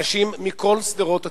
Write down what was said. אנשים מכל שדרות הציבור: